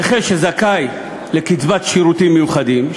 נכה שזכאי לקצבת שירותים מיוחדים,